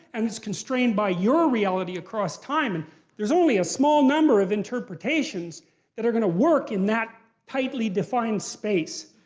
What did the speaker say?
and it's constrained by your reality across time. and there's only a small number of interpretations that are going to work in that tightly defined space.